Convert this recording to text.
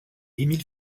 emil